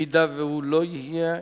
ואם הוא לא יהיה,